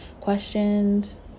Questions